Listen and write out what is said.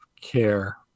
care